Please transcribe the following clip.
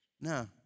No